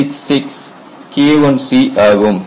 866 KIC ஆகும்